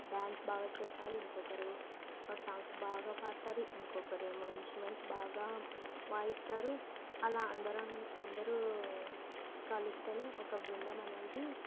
dance బాగా చేస్తారు ఇంకొకరు సాంగ్స్ బాగా పాడుతారు ఇంకొకరు ఏమో ఇన్స్ట్రుమెంట్స్ బాగా వాయిస్తారు అలా అందరం అందరూ కలిస్తేనే ఒక బృందం అనేది